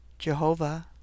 Jehovah